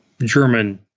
German